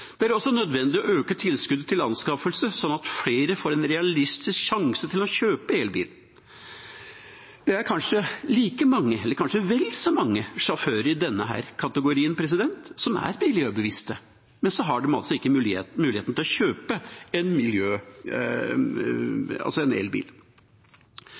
Det er også nødvendig å øke tilskuddet til anskaffelse, slik at flere får en realistisk sjanse til å kjøpe elbil. Det er kanskje like mange, eller vel så mange, sjåfører i denne kategorien som er miljøbevisste, men de har altså ikke mulighet til å kjøpe en